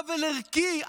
עוול ערכי,